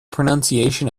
pronunciation